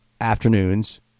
afternoons